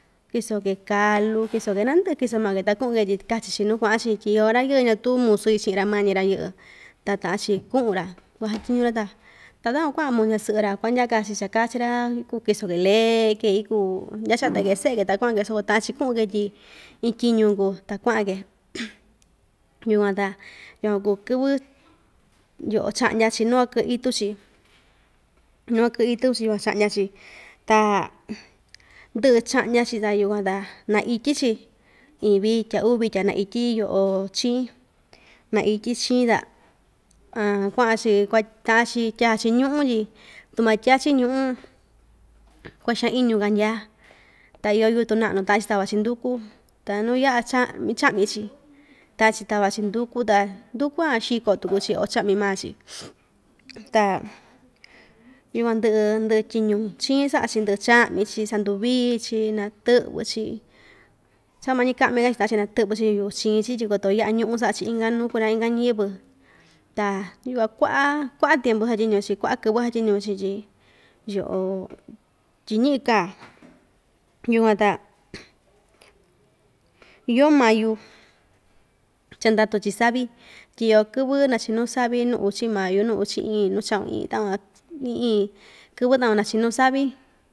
Kɨso‑ke kalu kiso‑ke naa ndɨꞌɨ kiso maa‑ke ta kuꞌun ke tyi kachi‑chi nuu kuaꞌa‑chi tyi iyo ra‑yɨɨ ñatuu musu yɨꞌɨ chiꞌin‑ra maa‑ñi‑ra yɨꞌɨ ta taꞌa‑chi kuꞌun‑ra kuasatyiñu‑ra ta ta takuan kuaꞌan maa ñasɨꞌɨ‑ra kuandyaka‑ke cha kachi‑ra kuu kɨso‑ke leeke ikuu ndachata ke seꞌe‑ke ta kuaꞌan‑ke soko taꞌan‑chi kuꞌun‑ke tyi iin tyiñu kuu ta kuaꞌa‑ke yukuan ta yukuan kuu kɨvɨ yoꞌo chaꞌndya‑chi nuu kuakɨꞌɨ itu‑chi nuu kuakɨꞌɨ itu‑chi yukuan chaꞌndya‑chi ta ndɨꞌɨ chaꞌndya‑chi ta yukuan taa naityi‑chi iin vitya uu vitya naityi yoꞌo chiin naityi chiin kuaꞌa‑chi kua taꞌa‑chi tyaa‑chi ñuꞌu tyi tu matya‑chi ñuꞌu kuaxaan iñu kandya ta iyo yukun naꞌnu taꞌan‑chi tava‑chi nduku ta nuu yaꞌa cha ichaꞌmi‑chi taꞌan‑chi tava‑chi nduku ta nduku van xiko tuku‑chi o chaꞌmi maa‑chi ta yukuan ndɨꞌɨ ndɨꞌɨ tyiñu chiin saꞌa‑chi ndɨꞌɨ chaꞌmi‑chi sanduvii‑chi natɨꞌvɨ‑chi cha mañika kaꞌmika‑chi taꞌan‑chi natɨꞌvɨ‑chi yuu chiin‑chi tyi koto yaꞌa ñuꞌu saꞌa‑chi inka nuu kuraa inka ñiyɨvɨ ta yukuan kuaꞌa kuaꞌa tiempu satyiñu‑chi kuaꞌa kɨvɨ satyiñu‑chi tyi yoꞌo tyi ñiꞌi kaa yukuan ta yoo mayu cha ndatu‑chi savi tyi iyo kɨvɨ nachinu savi nuu uchi mayu nuu uchi iin nuu chaꞌun iin takuan iin iin kɨvɨ takuan nachinu savi.